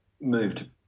moved